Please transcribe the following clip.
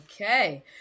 Okay